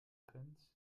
trends